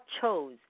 chose